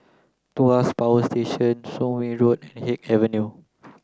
Tuas Power Station Soon Wing Road and Haig Avenue